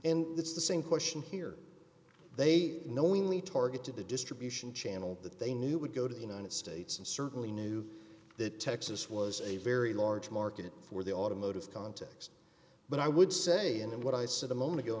and it's the same question here they knowingly targeted the distribution channel that they knew would go to the united states and certainly knew that texas was a very large market for the automotive context but i would say and what i said a moment ago